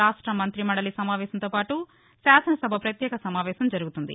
రాష్ట మంతిమండలి సమావేశంతో పాటు శాసన సభ ప్రత్యేక సమావేశం జరుగుతుంది